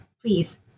Please